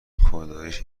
خداییش